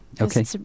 Okay